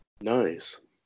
Nice